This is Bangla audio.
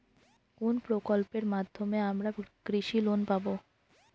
কোন প্রকল্পের মাধ্যমে আমরা কৃষি লোন পাবো?